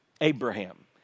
Abraham